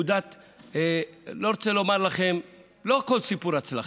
אני לא רוצה לומר לכם שלא הכול היה סיפור הצלחה,